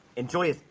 enjoy